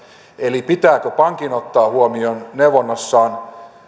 eli pitääkö pankin ottaa huomioon neuvonnassaan